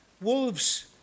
wolves